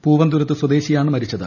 പൂവന്തുരുത്ത് സ്വദേശിയാണ് മരിച്ചത്